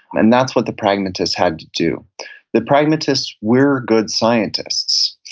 and that's what the pragmatists had to the pragmatists were good scientists.